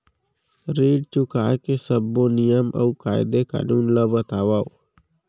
ऋण चुकाए के सब्बो नियम अऊ कायदे कानून ला बतावव